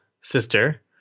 sister